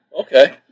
Okay